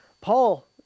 Paul